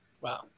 wow